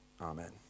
Amen